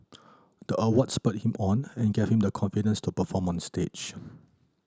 the award spurred him on and gave him the confidence to perform stage